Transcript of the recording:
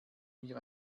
mir